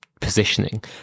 positioning